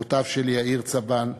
אבותיו של יאיר צבן,